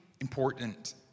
important